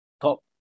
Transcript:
top